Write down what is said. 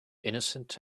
innocent